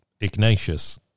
ignatius